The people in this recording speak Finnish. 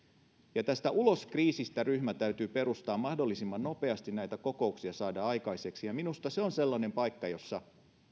tämä ulos kriisistä ryhmä täytyy perustaa mahdollisimman nopeasti ja näitä kokouksia saada aikaiseksi ja minusta se on sellainen paikka jossa